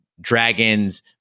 dragons